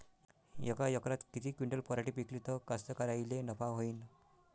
यका एकरात किती क्विंटल पराटी पिकली त कास्तकाराइले नफा होईन?